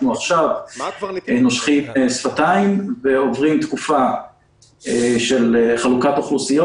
אנחנו עכשיו נושכים שפתיים ועוברים תקופה של חלוקת אוכלוסיות,